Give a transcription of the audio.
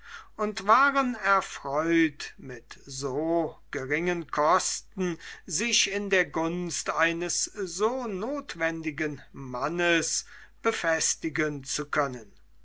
und waren erfreut mit so geringen kosten sich in der gunst eines so notwendigen mannes befestigen zu können